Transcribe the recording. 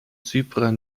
zyprer